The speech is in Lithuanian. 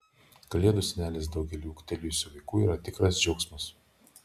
kalėdų senelis daugeliui ūgtelėjusių vaikų yra tikras džiaugsmas